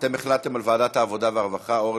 אתם החלטתם על ועדת העבודה והרווחה, אורלי?